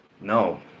No